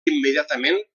immediatament